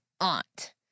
aunt